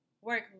work